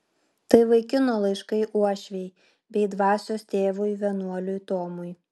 tai vaikino laiškai uošvei bei dvasios tėvui vienuoliui tomui